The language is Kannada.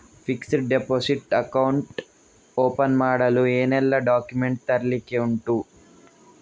ಫಿಕ್ಸೆಡ್ ಡೆಪೋಸಿಟ್ ಅಕೌಂಟ್ ಓಪನ್ ಮಾಡಲು ಏನೆಲ್ಲಾ ಡಾಕ್ಯುಮೆಂಟ್ಸ್ ತರ್ಲಿಕ್ಕೆ ಉಂಟು?